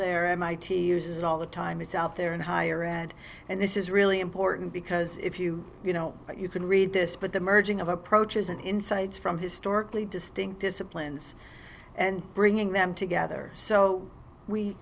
there mit uses it all the time it's out there and hire and and this is really important because if you you know you can read this but the merging of approaches and insights from historically distinct disciplines and bringing them together so we